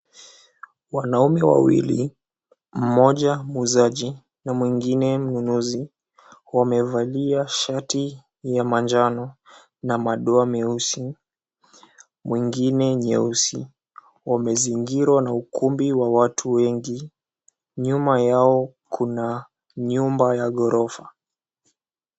Wanaume wawili mmoja muuzaji na mwingine mnunuzi wamevalia shati ya manjano na madoa meusi, mwingine nyeusi. Wamezingirwa na ukumbi wa watu wengi. Nyuma yao kuna nyumba ya ghorofa.